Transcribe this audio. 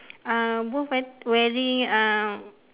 uh both wear wearing uh